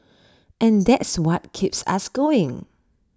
and that's what keeps us going